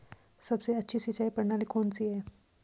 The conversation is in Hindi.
सबसे अच्छी सिंचाई प्रणाली कौन सी है?